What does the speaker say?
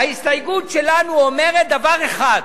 ההסתייגות שלנו אומרת דבר אחד,